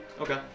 Okay